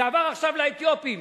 זה עבר עכשיו לאתיופים.